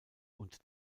und